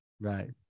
Right